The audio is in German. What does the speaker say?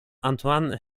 antoine